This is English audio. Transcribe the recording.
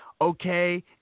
Okay